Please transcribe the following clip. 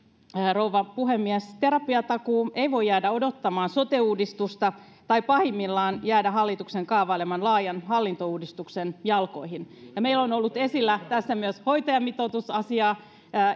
rouva puhemies terapiatakuu ei voi jäädä odottamaan sote uudistusta tai pahimmillaan jäädä hallituksen kaavaileman laajan hallintouudistuksen jalkoihin meillä on ollut esillä tässä myös hoitajamitoitusasia